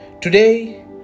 Today